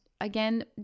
again